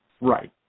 Right